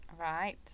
Right